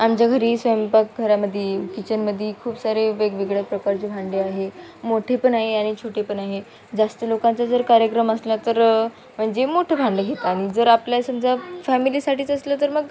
आमच्या घरी स्वयंपाकघरामध्ये किचनमध्ये खूप सारे वेगवेगळ्या प्रकारचे भांडे आहे मोठे पण आहे आणि छोटे पण आहे जास्त लोकांचा जर कार्यक्रम असला तर म्हणजे मोठं भांडे घेतात आणि जर आपल्या समजा फॅमिलीसाठीच असलं तर मग